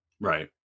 right